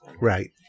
Right